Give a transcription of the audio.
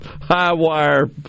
high-wire